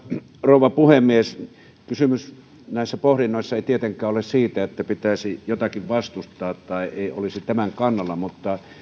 rouva puhemies kysymys näissä pohdinnoissa ei tietenkään ole siitä että pitäisi jotakin vastustaa tai ettei olisi tämän kannalla mutta